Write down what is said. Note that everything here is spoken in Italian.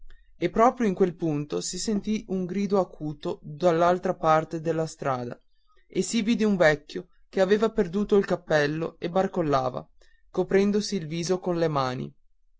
e proprio in quel punto si udì un grido acuto dall'altra parte della strada e si vide un vecchio che aveva perduto il cappello e barcollava coprendosi il viso con le mani